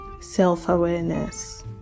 self-awareness